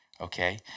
okay